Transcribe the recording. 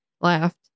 laughed